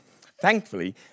Thankfully